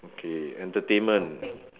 okay entertainment